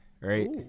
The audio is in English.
right